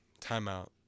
Timeout